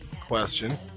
question